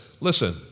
listen